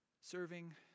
serving